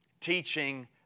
teaching